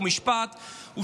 חוק ומשפט: